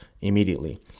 immediately